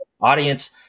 audience